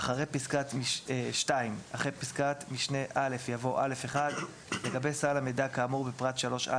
אחרי פסקת משנה (א) יבוא: "(א1)לגבי סל המידע כאמור בפרט 3א